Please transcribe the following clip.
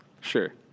Sure